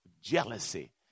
jealousy